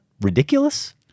Ridiculous